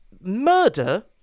Murder